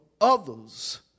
others